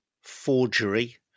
forgery